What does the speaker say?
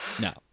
no